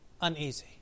uneasy